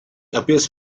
appears